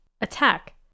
Attack